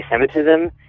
anti-Semitism